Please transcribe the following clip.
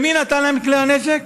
מי נתן להם את כלי הנשק?